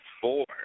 four